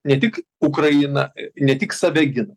ne tik ukraina ne tik save gina